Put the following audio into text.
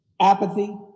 apathy